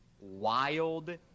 wild